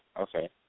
okay